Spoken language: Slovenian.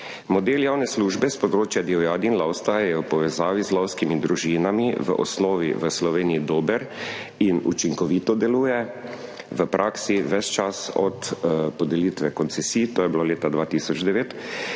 Model javne službe s področja divjadi in lovstva je v povezavi z lovskimi družinami v osnovi v Sloveniji dober in učinkovito deluje, v praksi ves čas od podelitve koncesij, to je bilo leta 2009,